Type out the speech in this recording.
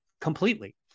completely